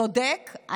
צודק,